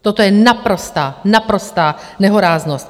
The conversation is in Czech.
Toto je naprostá, naprostá nehoráznost!